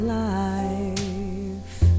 life